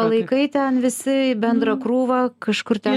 palaikai ten visi į bendrą krūvą kažkur ten